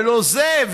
ולא זה,